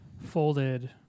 folded